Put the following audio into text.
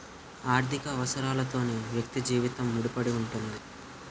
ఆర్థిక అవసరాలతోనే వ్యక్తి జీవితం ముడిపడి ఉంటుంది